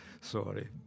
Sorry